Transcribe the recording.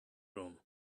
room